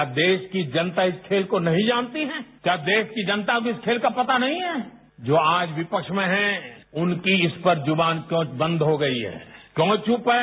क्या देश की जनता इस खेल को नहीं जानती हैं क्या देश की जनता को इस खेल का पता नहीं है जो आज विपक्ष में हैं उनकी इस पर जुबान क्यों बंद हो गई है क्यों चुप है